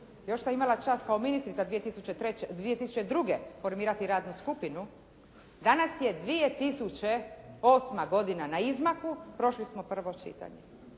još sam imala čast kao ministrica 2002. formirati radnu skupinu, danas je 2008. godina na izmaku, prošli smo prvo čitanje.